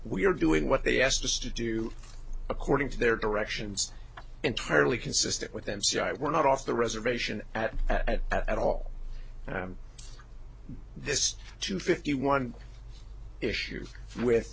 we're doing what they asked us to do according to their directions entirely consistent with m c i we're not off the reservation at at at all this two fifty one issue with